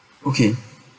okay